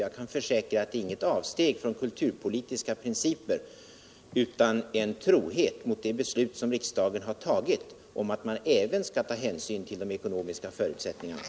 Jag kan försäkra att det inte är fråga om något avsteg från kulturpolitiska principer utan om en trohet mot det beslut som riksdagen har fattat cm att man också skall ta hänsyn till de ekonomiska förutsättningarna.